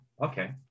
okay